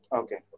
okay